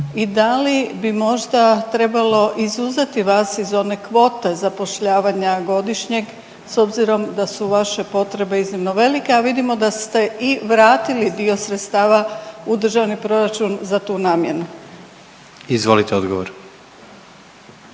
I da li bi možda trebalo izuzeti vas iz one kvote zapošljavanja godišnjeg s obzirom da su vaše potrebe iznimno velike, a vidimo da ste i vratili dio sredstava u državni proračun za tu namjenu? **Jandroković,